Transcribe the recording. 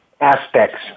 aspects